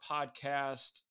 Podcast